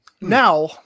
Now